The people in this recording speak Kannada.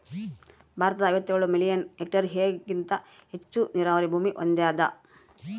ಭಾರತ ಐವತ್ತೇಳು ಮಿಲಿಯನ್ ಹೆಕ್ಟೇರ್ಹೆಗಿಂತ ಹೆಚ್ಚು ನೀರಾವರಿ ಭೂಮಿ ಹೊಂದ್ಯಾದ